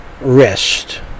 rest